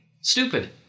stupid